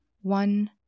one